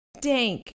dank